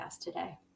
today